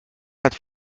hat